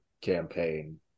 campaign